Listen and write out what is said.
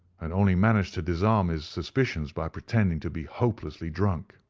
and only managed to disarm his suspicions by pretending to be hopelessly drunk.